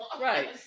Right